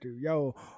Yo